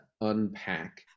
unpack